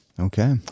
Okay